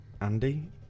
Andy